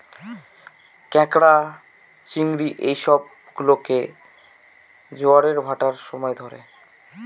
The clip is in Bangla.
ক্যাঁকড়া, চিংড়ি এই সব গুলোকে জোয়ারের ভাঁটার সময় ধরে